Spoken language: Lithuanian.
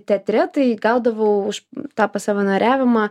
tetre tai gaudavau už tą pasavanoriavimą